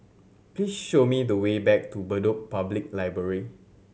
please show me the way back to Bedok Public Library